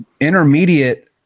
intermediate